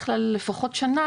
בדרך כלל לפחות שנה,